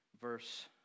verse